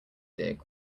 dig